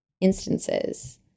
instances